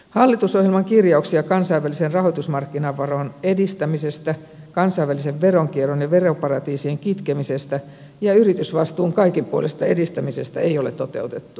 hallitusohjelman kirjauksia kansainvälisen rahoitusmarkkinaveron edistämisestä kansainvälisen veronkierron ja veroparatiisien kitkemisestä ja yritysvastuun kaikinpuolisesta edistämisestä ei ole toteutettu